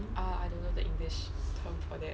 ah I don't know the english term for that